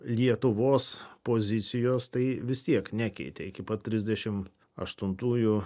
lietuvos pozicijos tai vis tiek nekeitė iki pat trisdešimt aštuntųjų